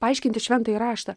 paaiškinti šventąjį raštą